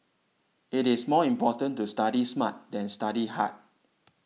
it is more important to study smart than study hard